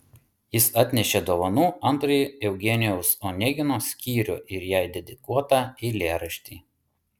jis atnešė dovanų antrąjį eugenijaus onegino skyrių ir jai dedikuotą eilėraštį